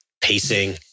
pacing